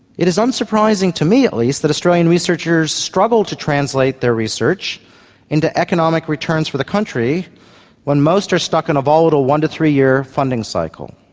it is unsurprising to me at least that australian researchers struggle to translate their research into economic returns for the country when most are stuck in a volatile one to three-year funding cycle.